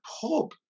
pub